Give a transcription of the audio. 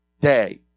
day